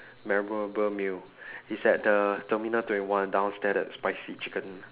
memorable meal is at the the terminal twenty one downstairs the spicy chicken